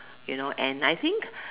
you know and I think